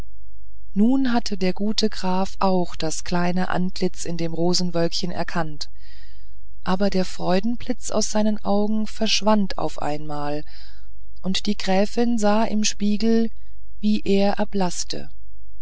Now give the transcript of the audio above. nun hatte der gute graf auch das kleine antlitz in dem rosenwölkchen erkannt aber der freudenblitz aus seinen augen verschwand auf einmal und die gräfin sah im spiegel wie er